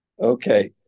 Okay